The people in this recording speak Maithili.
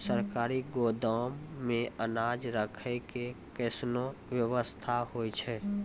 सरकारी गोदाम मे अनाज राखै के कैसनौ वयवस्था होय छै?